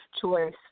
choice